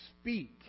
speak